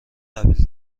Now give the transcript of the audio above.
قبیل